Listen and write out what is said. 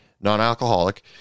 non-alcoholic